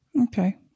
Okay